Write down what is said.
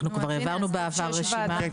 כבר העברנו בעבר רשימה -- כן,